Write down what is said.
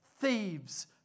thieves